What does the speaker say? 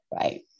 right